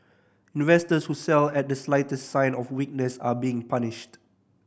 investors who sell at the slightest sign of weakness are being punished